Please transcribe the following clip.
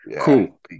Cool